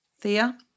Thea